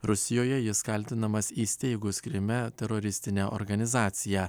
rusijoje jis kaltinamas įsteigus kryme teroristinę organizaciją